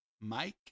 Mike